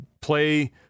play